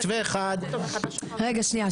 מתווה אחד --- רגע שנייה,